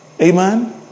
Amen